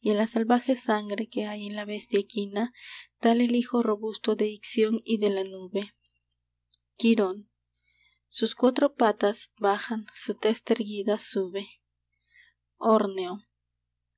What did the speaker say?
y a la salvaje sangre que hay en la bestia equina tal el hijo robusto de ixión y de la nube quirón sus cuatro patas bajan su testa erguida sube orneo